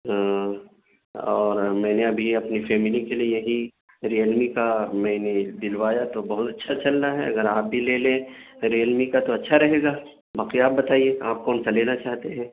ہاں اور میں نے ابھی اپنی فیملی کے لیے یہی ریلمی کا میں نے دلوایا تو بہت اچھا چل رہا ہے اگر آپ بھی لے لیں ریلمی کا تو اچھا رہے گا بقیہ آپ بتائیے آپ کون سا لینا چاہتے ہیں